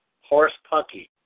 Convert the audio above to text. Horse-pucky